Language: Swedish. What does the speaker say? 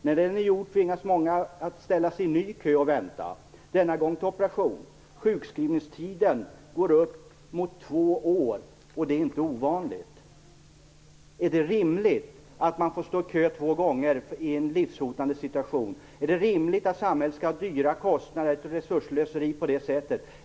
När den är gjord tvingas många ställa sig i en ny kö och vänta, denna gång på operation. Sjukskrivningstiden går upp mot två år, och det är inte ovanligt. Är det rimligt att man får stå i kö två gånger i en livshotande situation? Är det rimligt att samhället skall ha höga kostnader och ett resursslöseri på det sättet?